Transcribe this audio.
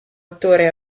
attore